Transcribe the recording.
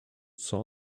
saw